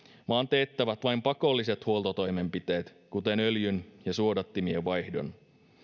vaan teettävät vain pakolliset huoltotoimenpiteet kuten öljyn ja suodattimien vaihdon